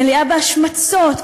מלאה בהשמצות,